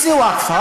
איזה ווקף?